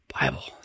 Bible